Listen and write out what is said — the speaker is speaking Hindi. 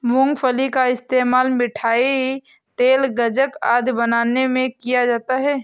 मूंगफली का इस्तेमाल मिठाई, तेल, गज्जक आदि बनाने में किया जाता है